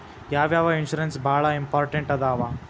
ಯಾವ್ಯಾವ ಇನ್ಶೂರೆನ್ಸ್ ಬಾಳ ಇಂಪಾರ್ಟೆಂಟ್ ಅದಾವ?